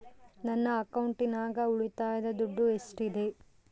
ನನ್ನ ಅಕೌಂಟಿನಾಗ ಉಳಿತಾಯದ ದುಡ್ಡು ಎಷ್ಟಿದೆ?